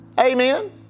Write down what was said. amen